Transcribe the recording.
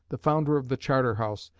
the founder of the charter house,